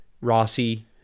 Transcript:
Rossi